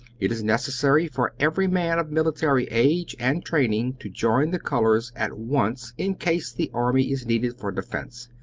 it is necessary for every man of military age and training to join the colors at once in case the army is needed for defense.